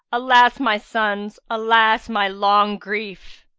alas, my sons! alas, my long grief!